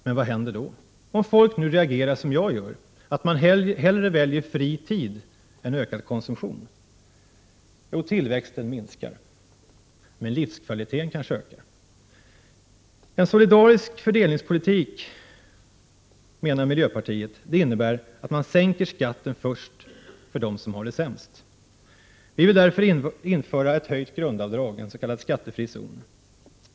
Men vad händer om folk reagerar som jag gör, hellre väljer fri tid än ökad konsumtion? Jo, tillväxten minskar. Men livskvaliteten kanske ökar. En solidarisk fördelningspolitik, menar miljöpartiet, innebär att man sänker skatten först för dem som har det sämst. Vi vill därför införa ett höjt grundavdrag, en s.k. skattefri zon.